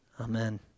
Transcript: Amen